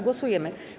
Głosujemy.